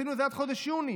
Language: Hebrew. עשינו את זה עד חודש יוני.